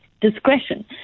discretion